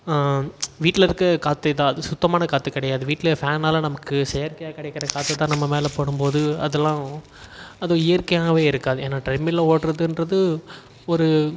வீட்டில் இருக்கற காத்தேதான் அது சுத்தமான காற்று கிடையாது வீட்டில் ஃபேன்னாலே நமக்கு செயற்கையாக கிடைக்கிற காற்றுதான் நம் மேல் படும்போது அதெலாம் அது இயற்கையாகவே இருக்காது ஏனால் ட்ரெட்ல்மிலில் ஓடுறதுன்றது ஒரு